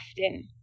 often